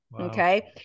Okay